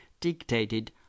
dictated